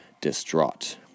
distraught